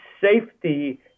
safety